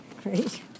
great